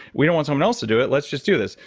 we don't want someone else to do it. let's just do this.